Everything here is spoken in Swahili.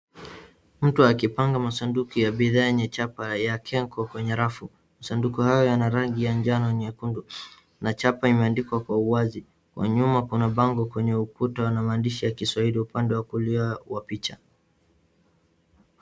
Mtu akipanga masanduku ya bidhaa yenye chapa ya kenko kwenye rafu. Masanduku hayo yana rangi ya njano nyekundu na chapa imeandikwa kwa uwazi. Kwa nyuma kuna bango kwenye ukuta una maandishi ya Kiswahili upande wa kulia wa picha.